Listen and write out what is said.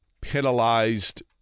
penalized